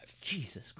jesus